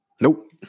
Nope